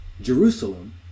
jerusalem